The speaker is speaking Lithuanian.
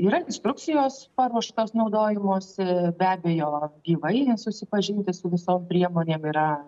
yra instrukcijos paruoštos naudojimosi be abejo gyvai susipažinti su visom priemonėm yra